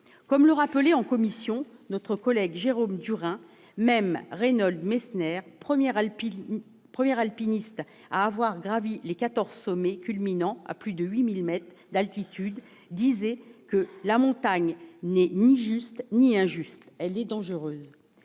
Comme le rappelait en commission, notre collègue Jérôme Durain, même Reinhold Messner, premier alpiniste à avoir gravi les quatorze sommets culminant à plus de 8 000 mètres d'altitude, disait que « la montagne n'est ni juste ni injuste, elle est dangereuse